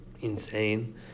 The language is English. insane